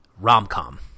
rom-com